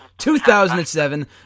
2007